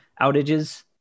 outages